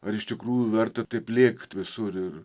ar iš tikrųjų verta taip lėkt visur ir